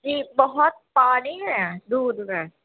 جی بہت پانی ہے دودھ میں